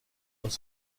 aus